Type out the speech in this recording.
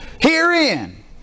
Herein